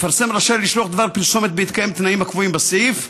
מפרסם רשאי לשלוח דבר פרסומת בהתקיים תנאים הקבועים בסעיף,